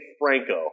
Franco